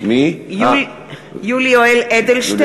(קוראת בשמות חברי הכנסת) יולי יואל אדלשטיין,